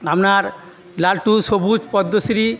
আপনার লালটু সবুজ পদ্মশ্রী